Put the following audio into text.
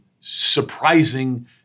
surprising